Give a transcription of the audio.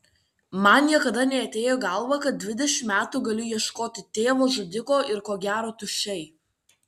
man niekada neatėjo į galvą kad dvidešimt metų galiu ieškoti tėvo žudiko ir ko gero tuščiai